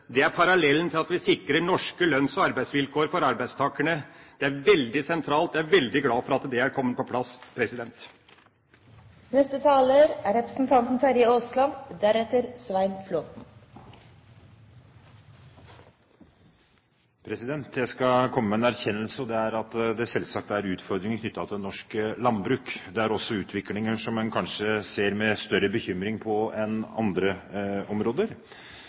Dette er parallellen til det at vi sikrer norske lønns- og arbeidsvilkår for arbeidstakerne. Det er veldig sentralt. Jeg er veldig glad for at det har kommet på plass. Jeg skal komme med en erkjennelse: Selvsagt er det utfordringer knyttet til norsk landbruk. Det er også utviklingstrekk som en kanskje ser med større bekymring på enn utviklingstrekk på andre områder.